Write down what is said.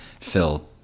Phil